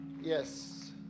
yes